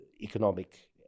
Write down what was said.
economic